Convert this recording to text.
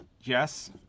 Yes